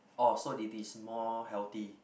orh so it is more healthy